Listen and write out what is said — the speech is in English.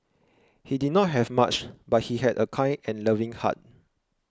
he did not have much but he had a kind and loving heart